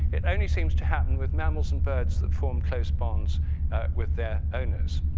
it only seems to happen with mammals and birds that form close bonds with their owners.